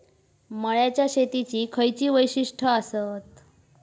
मळ्याच्या शेतीची खयची वैशिष्ठ आसत?